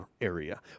area